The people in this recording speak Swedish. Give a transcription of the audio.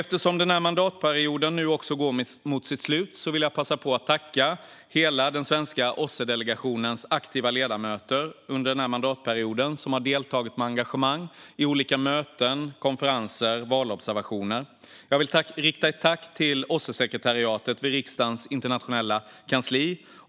Eftersom den här mandatperioden nu går mot sitt slut vill jag passa på att tacka den svenska OSSE-delegationens alla aktiva ledamöter under den här mandatperioden, som har deltagit med engagemang i möten och i valobservationer. Jag vill rikta ett tack till OSSE-sekretariatet vid riksdagens internationella kansli.